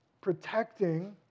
protecting